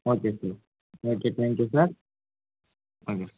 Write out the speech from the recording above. okay sir okay thank you sir okay